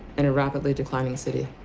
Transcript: and a rapidly declining city.